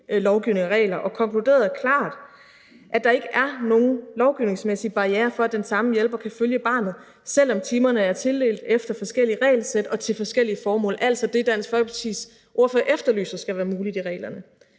lovgivning og regler og konkluderede klart, at der ikke er nogen lovgivningsmæssige barrierer for, at den samme hjælper kan følge barnet, selv om timerne er tildelt efter forskellige regelsæt og til forskellige formål, altså det, som Dansk Folkepartis ordfører efterlyser skal være muligt i reglerne.